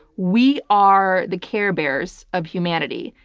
we are the care bears of humanity.